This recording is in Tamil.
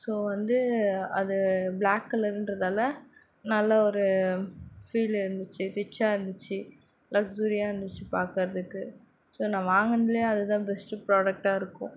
ஸோ வந்து அது பிளாக் கலர்ன்றதால நல்லா ஒரு ஃபீலு இருந்துச்சு ரிச்சாக இருந்துச்சு லக்ஸுரியாக இருந்துச்சு பாக்கிறதுக்கு ஸோ நான் வாங்கினதுலே அதுதான் பெஸ்ட்டு ப்ராடக்டாக இருக்கும்